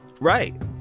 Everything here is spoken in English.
right